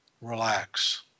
Relax